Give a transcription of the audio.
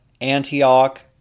Antioch